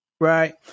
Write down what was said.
right